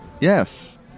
yes